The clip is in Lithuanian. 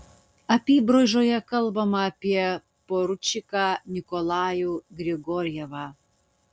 apybraižoje kalbama apie poručiką nikolajų grigorjevą